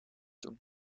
doen